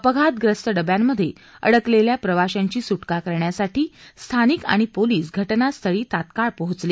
अपघातग्रस्त डब्यांमध्ये अडकलेल्या प्रवाशांची सुटका करण्यासाठी स्थानिकांआणि पोलिस घटनास्थळी तात्काळ पोहोचले